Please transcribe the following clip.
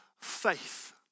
faith